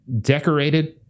decorated